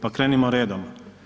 Pa krenimo redom.